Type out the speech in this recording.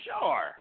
Sure